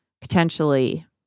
potentially